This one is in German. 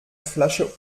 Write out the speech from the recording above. flasche